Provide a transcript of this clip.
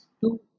two